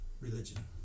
religion